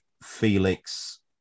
Felix